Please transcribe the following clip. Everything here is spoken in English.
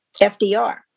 FDR